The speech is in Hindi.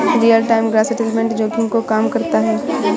रीयल टाइम ग्रॉस सेटलमेंट जोखिम को कम करता है